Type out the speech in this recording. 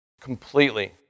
completely